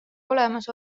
olemas